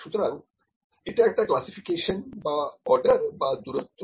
সুতরাং এটা একটা ক্লাসিফিকেশন বা অর্ডার বা দূরত্ব